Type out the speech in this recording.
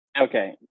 okay